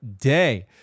day